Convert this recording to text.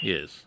Yes